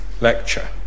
lecture